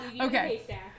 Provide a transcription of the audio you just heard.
okay